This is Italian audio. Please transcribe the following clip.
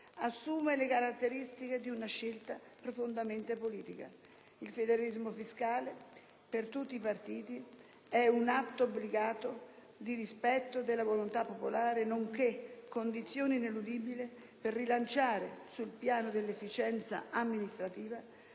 assume le caratteristiche di una scelta profondamente politica. Il federalismo fiscale, per tutti i partiti, è un atto obbligato di rispetto della volontà popolare, nonché condizione ineludibile per rilanciare sul piano dell'efficienza amministrativa